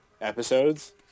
episodes